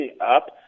up